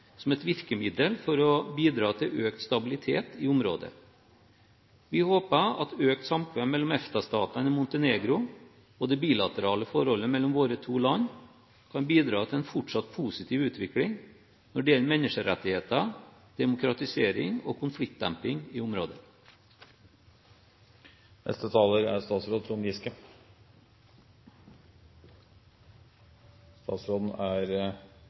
som et virkemiddel for å bidra til økt stabilitet i området. Vi håper at økt samkvem mellom EFTA-statene og Montenegro, og det bilaterale forholdet mellom våre to land, kan bidra til en fortsatt positiv utvikling når det gjelder menneskerettigheter, demokratisering og konfliktdemping i